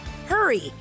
Hurry